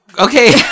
okay